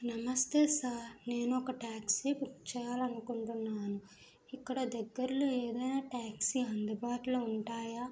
నమస్తే సార్ నేను ఒక ట్యాక్సీ బుక్ చేయాలనుకుంటున్నాను ఇక్కడ దగ్గర్లో ఏదైనా ట్యాక్సీ అందుబాటులో ఉంటాయా